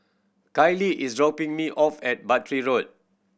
Kylee is dropping me off at Battery Road